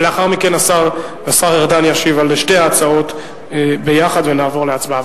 לאחר מכן השר ארדן ישיב על שתי ההצעות ביחד ונעבור להצבעה.